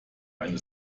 eine